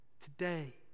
today